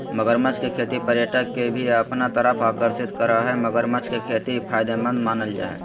मगरमच्छ के खेती पर्यटक के भी अपना तरफ आकर्षित करअ हई मगरमच्छ के खेती फायदेमंद मानल जा हय